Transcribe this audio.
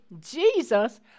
Jesus